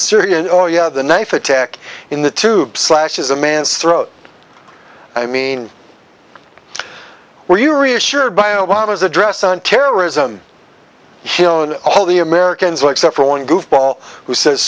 syrian oh yeah the knife attack in the tube slash is a man's throat i mean were you reassured by obama's address on terrorism hill and all the americans are except for one goofball who says